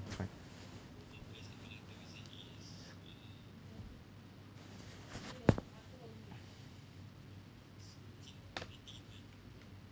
fine